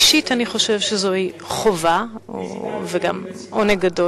אישית אני חושב שזוהי חובה וגם עונג גדול